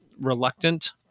reluctant